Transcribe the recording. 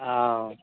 অঁ